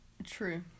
True